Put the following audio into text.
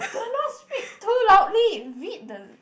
do not speak too loudly read the